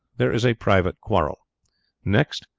there is a private quarrel next,